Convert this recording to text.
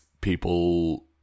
people